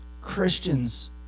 Christians